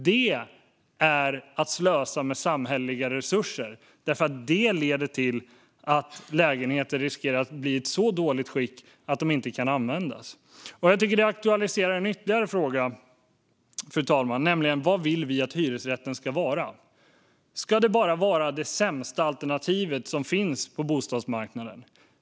Det är att slösa med samhälleliga resurser, för det leder till att lägenheter riskerar att bli i ett så dåligt skick att de inte kan användas. Fru talman! Jag tycker att detta aktualiserar en ytterligare fråga: Vad vill vi att hyresrätten ska vara? Ska den bara vara det sämsta alternativet på bostadsmarknaden?